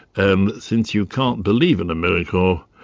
and since you can't believe in a miracle,